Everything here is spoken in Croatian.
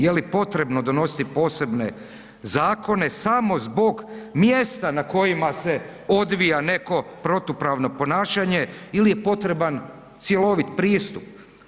Je li potrebno donositi posebne zakone samo zbog mjesta na kojima se odvija neko protupravno ponašanje ili je potreban cjelovit pristup.